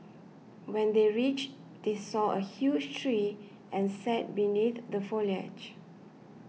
when they reached they saw a huge tree and sat beneath the foliage